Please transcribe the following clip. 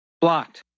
Blocked